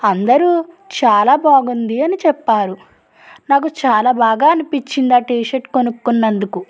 అందరు చాలా బాగుంది అని చెప్పారు నాకు చాలా బాగా అనిపించింది ఆ టీషర్ట్ కొన్నందుకు